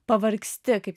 pavargsti kaip